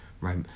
right